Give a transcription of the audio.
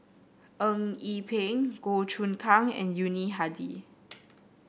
Eng Yee Peng Goh Choon Kang and Yuni Hadi